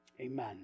Amen